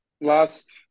last